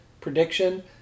prediction